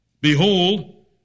behold